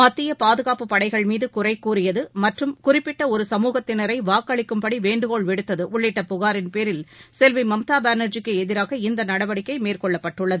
மத்திய பாதுகாப்பு படைகள் மீது குறை கூறியது மற்றும் குறிப்பிட்ட ஒரு சமூகத்தினரை வாக்களிக்கும்படி வேண்டுகோள் விடுத்தது உள்ளிட்ட புகாரின் பேரில் செல்வி மம்தா பானா்ஜி க்கு எதிராக இந்த நடவடிக்கை மேற்கொள்ளப்பட்டுள்ளது